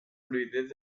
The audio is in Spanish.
fluidez